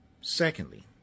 Secondly